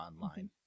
online